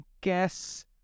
guess